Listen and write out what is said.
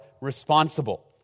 responsible